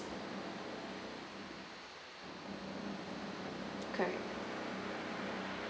correct